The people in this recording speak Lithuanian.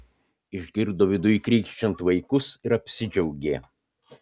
išgirdo viduj krykščiant vaikus ir apsidžiaugė